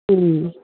उम्